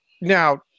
now